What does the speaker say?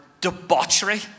debauchery